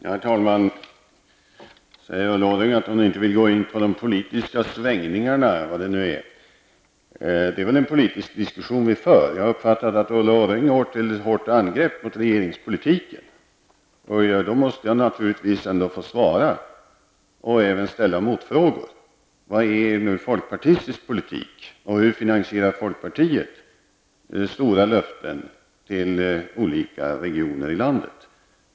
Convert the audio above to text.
Herr talman! Ulla Orring säger att hon inte vill gå in på de politiska svängningarna, vad det nu är. Det är väl en politisk diskussion vi för? Jag har uppfattat att Ulla Orring går till hårt angrepp mot regeringspolitiken. Då måste jag naturligtvis få svara och även ställa motfrågor: Vad är nu folkpartistisk politik? Och hur finansierar folkpartiet stora löften till olika regioner i landet?